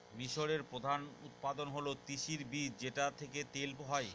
মিশরের প্রধান উৎপাদন হল তিসির বীজ যেটা থেকে তেল হয়